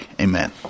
Amen